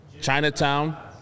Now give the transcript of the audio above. Chinatown